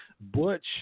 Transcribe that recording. Butch